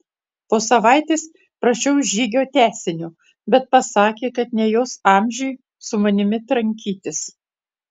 po savaitės prašiau žygio tęsinio bet pasakė kad ne jos amžiui su manimi trankytis